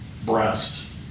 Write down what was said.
breast